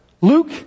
Luke